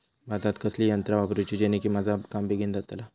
भातात कसली यांत्रा वापरुची जेनेकी माझा काम बेगीन जातला?